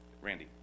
Randy